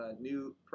new